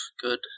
good